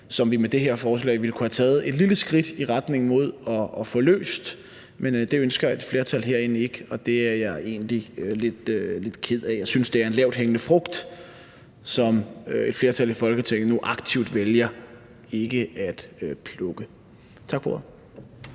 som vi med det her forslag ville kunne have taget et lille skridt i retning mod at få løst, men det ønsker et flertal herinde ikke, og det er jeg egentlig lidt ked af. Jeg synes, det er en lavthængende frugt, som et flertal i Folketinget nu aktivt vælger ikke at plukke. Tak for